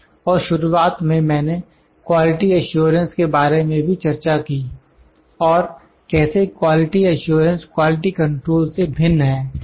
और शुरुआत में मैंने क्वालिटी एश्योरेंस के बारे में भी चर्चा की और कैसे क्वालिटी एश्योरेंस क्वालिटी कंट्रोल से भिन्न है